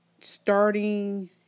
starting